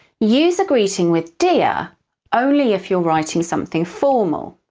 use a greeting with dear only if you're writing something formal.